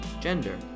gender